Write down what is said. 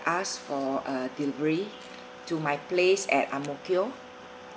ask for a delivery to my place at ang mo kio